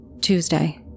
Tuesday